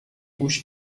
گوش